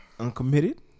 uncommitted